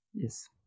Yes